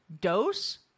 dose